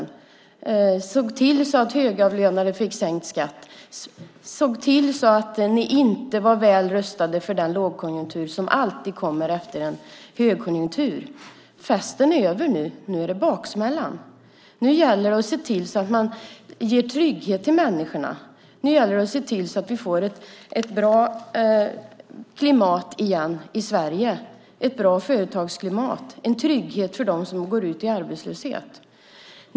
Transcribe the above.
Ni såg till att högavlönade fick sänkt skatt och att ni inte var väl rustade för den lågkonjunktur som alltid kommer efter en högkonjunktur. Festen är över nu. Det är baksmällan som är här. Nu gäller det att se till att ge trygghet till människorna och se till att vi får ett bra företagsklimat igen i Sverige och en trygghet för dem som går ut i arbetslöshet.